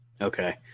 Okay